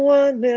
one